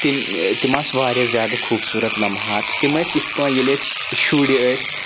تِم تِم آسہٕ واریاہ زیادٕ خوٗبصوٗرت لمہات تِم ٲسۍ یِتھ پٲٹھۍ ییٚلہِ أسۍ شُرۍ ٲسۍ